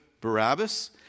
Barabbas